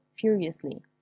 furiously